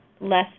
less